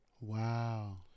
Wow